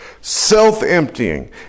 self-emptying